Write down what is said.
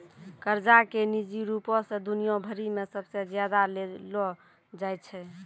कर्जा के निजी रूपो से दुनिया भरि मे सबसे ज्यादा लेलो जाय छै